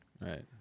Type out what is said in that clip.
Right